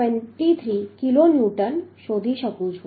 23 kilo newton શોધી શકું છું